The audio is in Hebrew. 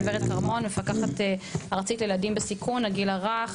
מפקחת ארצית לילדים בסיכון הגיל הרך,